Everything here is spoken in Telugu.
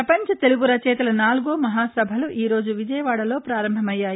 ప్రపంచ తెలుగు రచయితల నాలుగో మహాసభలు ఈ రోజు విజయవాడలో ప్రారంభమయ్యాయి